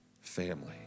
family